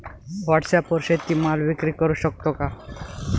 व्हॉटसॲपवर शेती माल विक्री करु शकतो का?